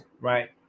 right